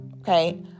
okay